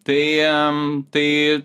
tai tai